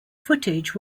footage